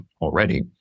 already